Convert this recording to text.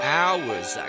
hours